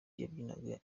yabyinaga